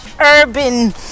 urban